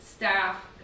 staff